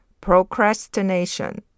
Procrastination